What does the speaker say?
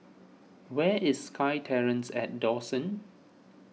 where is SkyTerrace at Dawson